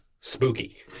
spooky